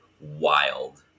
wild